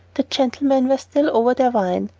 the gentlemen were still over their wine,